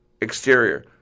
exterior